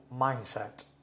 mindset